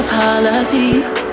Apologies